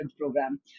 program